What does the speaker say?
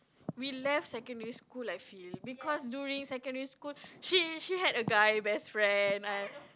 we left secondary school I feel because during secondary school she she had a guy best friend I